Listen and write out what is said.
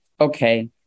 Okay